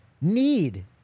need